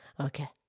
Okay